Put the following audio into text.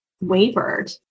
wavered